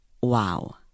Wow